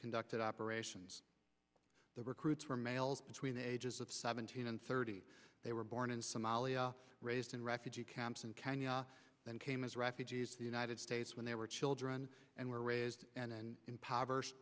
conducted operations the recruits were males between the ages of seventeen and thirty they were born in somalia raised in refugee camps in kenya then came as refugees the united states when they were children and were raised and in pover